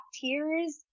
tears